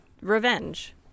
revenge